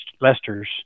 Lesters